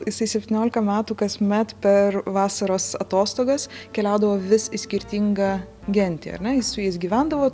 jisai septyniolika metų kasmet per vasaros atostogas keliaudavo vis į skirtingą gentį ar ne jis su jais gyvendavo